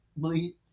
please